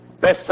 Best